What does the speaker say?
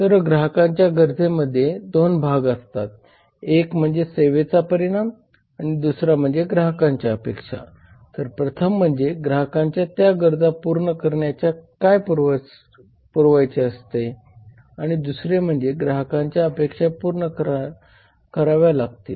तर ग्राहकांच्या गरजेमध्ये 2 भाग असतात एक म्हणजे सेवेचा परिणाम आणि दुसरा म्हणजे ग्राहकांच्या अपेक्षा तर प्रथम म्हणजे ग्राहकांना त्यांच्या गरजा पूर्ण करण्यासाठी काय पुरवायचे आहे आणि दुसरे म्हणजे ग्राहकांच्या अपेक्षा पूर्ण कराव्या लागतील